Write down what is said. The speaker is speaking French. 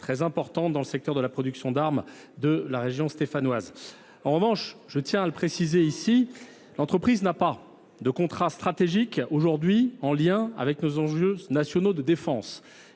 très importante, celui de la production d’armes dans la région stéphanoise. En revanche, je tiens à le préciser ici, aujourd’hui, l’entreprise n’a pas de contrat stratégique en lien avec nos enjeux nationaux de défense.